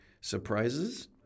surprises